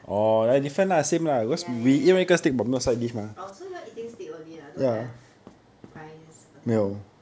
ya ya ya orh so you all eating stick only ah don't have rice all that